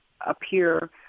appear